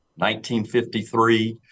1953